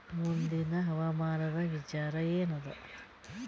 ಮುಂದಿನ ಹವಾಮಾನದ ವಿಚಾರ ಏನದ?